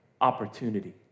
opportunity